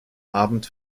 abend